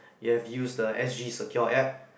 you have used the S_G secure app